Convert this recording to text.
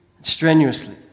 strenuously